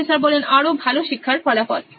professor আরো ভালো শিক্ষার ফলাফল